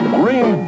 green